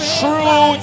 true